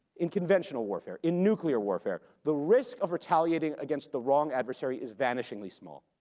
in conventional warfare, in nuclear warfare, the risk of retaliating against the wrong adversary is vanishingly small.